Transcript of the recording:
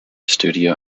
studio